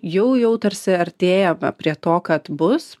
jau jau tarsi artėjame prie to kad bus